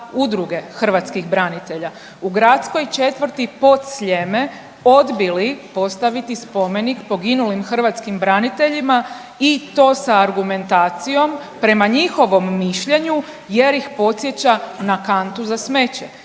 U gradskoj četvrti Podsljeme odbili postaviti spomenik poginulim hrvatskim braniteljima i to sa argumentacijom prema njihovom mišljenju jer ih podsjeća na kantu za smeće.